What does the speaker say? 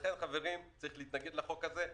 לכן, חברים, צריך להתנגד להצעת החוק הזאת.